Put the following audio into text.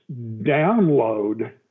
download